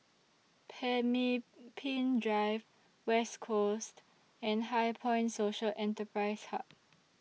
Pemimpin Drive West Coast and HighPoint Social Enterprise Hub